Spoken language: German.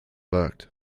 wagt